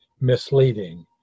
misleading